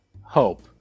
hope